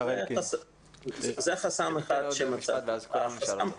זה חסם אחד שמצאתי.